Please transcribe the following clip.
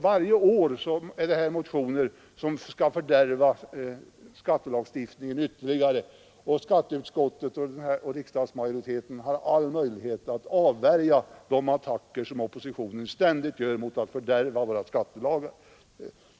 Varje år väcks det motioner som skall fördärva skattelagstiftningen ytterligare, och skatteutskottet och riksdagsmajoriteten har all möda att avvärja de attacker som oppositionen ständigt gör för att fördärva våra skattelagar.